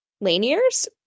Laniers